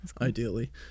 Ideally